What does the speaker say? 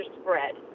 spread